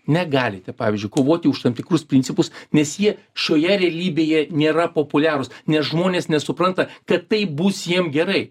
negalite pavyzdžiui kovoti už tam tikrus principus nes jie šioje realybėje nėra populiarūs nes žmonės nesupranta kad tai bus jiem gerai